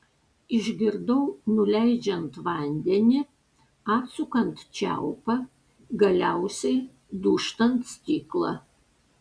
išgirdau nuleidžiant vandenį atsukant čiaupą galiausiai dūžtant stiklą